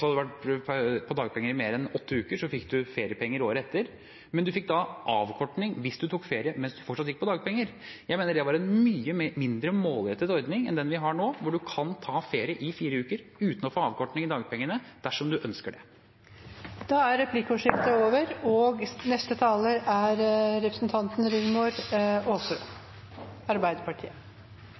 hadde man vært på dagpenger i mer enn åtte uker, fikk man feriepenger året etter, men man fikk da avkorting hvis man tok ferie mens man fortsatt gikk på dagpenger. Jeg mener det var en mye mindre målrettet ordning enn den vi har nå, hvor man kan ta ferie i fire uker uten å få avkorting i dagpengene, dersom man ønsker det. Replikkordskiftet er over.